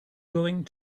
going